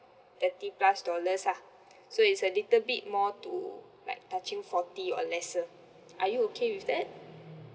thirty plus dollars lah so it's a little bit more to like touching forty or lesser are you okay with that